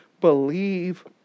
Believe